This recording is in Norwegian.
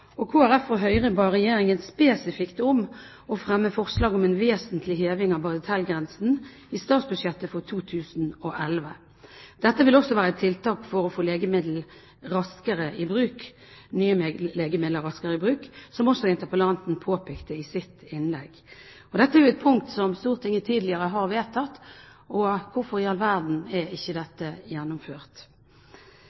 og Kristelig Folkeparti og Høyre ba Regjeringen spesifikt om å fremme forslag om en vesentlig heving av bagatellgrensen i statsbudsjettet for 2011. Dette vil også være tiltak for å få nye legemidler raskere i bruk, som også interpellanten påpekte i sitt innlegg. Men dette er jo et punkt som Stortinget tidligere har vedtatt. Hvorfor i all verden er ikke dette gjennomført? Når det